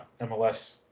MLS